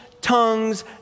tongues